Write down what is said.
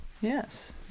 Yes